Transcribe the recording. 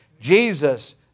Jesus